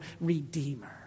Redeemer